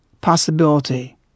possibility